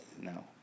no